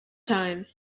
time